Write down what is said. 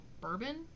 bourbon